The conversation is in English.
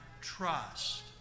trust